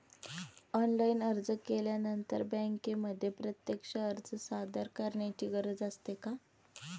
Online अर्ज केल्यानंतर बँकेमध्ये प्रत्यक्ष अर्ज सादर करायची गरज असते का?